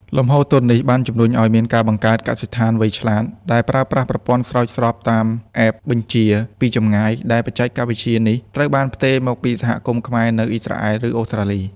លំហូរទុននេះបានជំរុញឱ្យមានការបង្កើត "កសិដ្ឋានវៃឆ្លាត"ដែលប្រើប្រាស់ប្រព័ន្ធស្រោចស្រពតាម App បញ្ជាពីចម្ងាយ ដែលបច្ចេកវិទ្យានេះត្រូវបានផ្ទេរមកពីសហគមន៍ខ្មែរនៅ អ៊ីស្រាអែល ឬអូស្ត្រាលី។